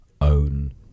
own